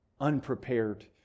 unprepared